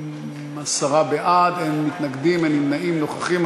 עשרה בעד, אין מתנגדים, אין נמנעים, נוכחים.